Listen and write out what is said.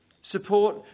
Support